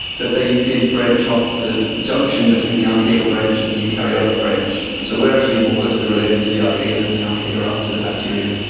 but they did branch off the junction between the archaeal branch and the eukaryotic branch. so we are actually more closely related to the archaea than the archaea are are to the bacteria.